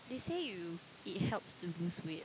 they say you it helps to lose weight